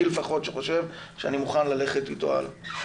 לפחות חושב שאני מוכן ללכת איתו הלאה,